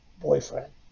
boyfriend